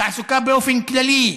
תעסוקה באופן כללי,